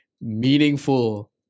meaningful